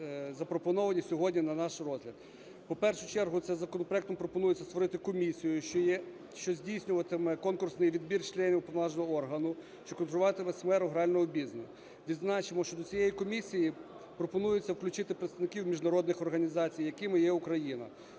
запропонованих сьогодні на наш розгляд. У першу чергу цим законопроектом пропонується створити комісію, що здійснюватиме конкурсний відбір членів поважного органу, що контролюватиме сферу грального бізнесу. Зазначимо, що до цієї комісії пропонується включити представників міжнародних організацій, якими є Україна